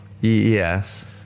Yes